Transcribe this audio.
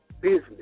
business